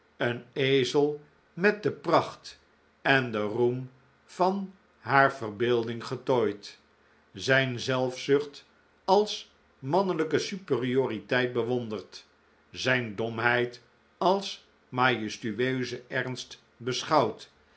een ezel met de pracht en den roem van haar verbeelding getooid zijn zelfzucht als mannelijke superioriteit bewonderd zijn domheid als majestueuzen ernst beschouwd